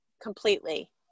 completely